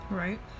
right